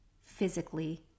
physically